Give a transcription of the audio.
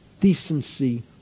decency